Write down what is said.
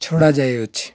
ଛଡ଼ାଯାଇଅଛି